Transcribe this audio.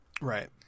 Right